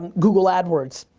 google ad words.